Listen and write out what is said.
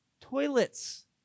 toilets